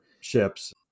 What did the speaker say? ships